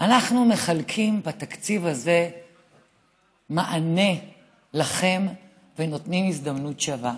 אנחנו מחלקים בתקציב הזה מענה לכם ונותנים הזדמנות שווה.